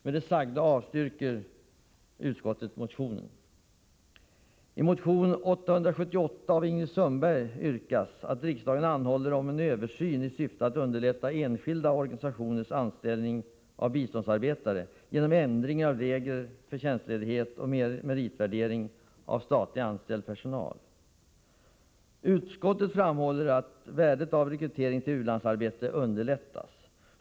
Med det sagda avstyrker utskottet motionen. Utskottet framhåller värdet av att rekryteringen av personal för ulandsarbete underlättas.